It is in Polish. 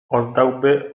oddałby